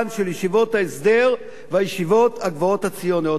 של ישיבות ההסדר והישיבות הגבוהות הציוניות.